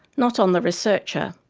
not on the researcher.